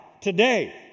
Today